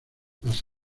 las